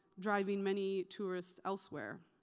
driving many tourists elsewhere.